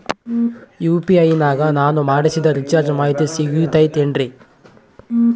UPI ನಾಗ ನಾನು ಮಾಡಿಸಿದ ರಿಚಾರ್ಜ್ ಮಾಹಿತಿ ಸಿಗುತೈತೇನ್ರಿ?